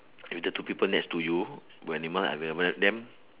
if the two people next to you were animal ah when will then